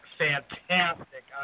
fantastic